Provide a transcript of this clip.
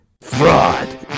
fraud